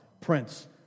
prince